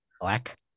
Black